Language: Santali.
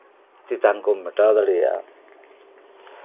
ᱛᱮᱛᱟᱝ ᱠᱚ ᱢᱮᱴᱟᱣ ᱫᱟᱲᱮᱭᱟᱜᱼᱟ